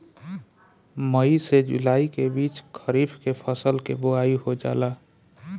मई से जुलाई के बीच खरीफ के फसल के बोआई हो जाला